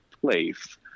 place